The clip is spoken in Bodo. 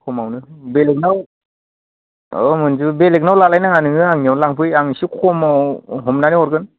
खमावनो बेलेकनाव अ मोनजोबो बेलेकनाव लालाय नाङा नोङो आंनियावनो लांफै आं एसे खमाव हमनानै हरगोन